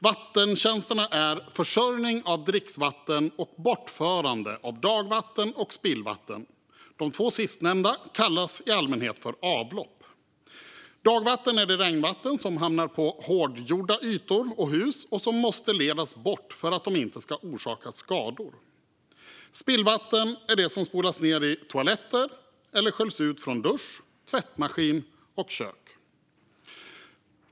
Vattentjänsterna är försörjning av dricksvatten och bortförande av dagvatten och spillvatten. De två sistnämnda kallas i allmänhet för avlopp. Dagvatten är det regnvatten som hamnar på hårdgjorda ytor och hus och som måste ledas bort för att det inte ska orsaka skador. Spillvatten är det som spolas ned i toaletter eller sköljs ut från dusch, tvättmaskin och kök.